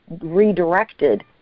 redirected